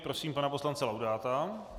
Prosím pana poslance Laudáta.